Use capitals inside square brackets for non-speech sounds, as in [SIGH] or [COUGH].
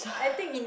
[BREATH]